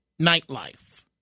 nightlife